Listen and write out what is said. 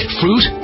fruit